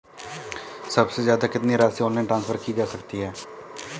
सबसे ज़्यादा कितनी राशि ऑनलाइन ट्रांसफर की जा सकती है?